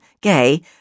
gay